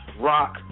rock